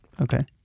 Okay